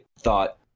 thought